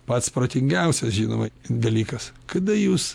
pats protingiausias žinoma dalykas kada jūs